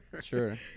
Sure